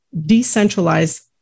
decentralized